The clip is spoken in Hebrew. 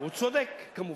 והוא צודק כמובן.